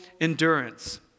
endurance